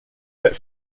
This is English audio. but